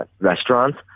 Restaurants